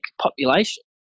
population